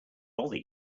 bother